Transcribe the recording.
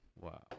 Wow